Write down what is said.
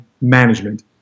management